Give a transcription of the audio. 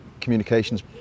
communications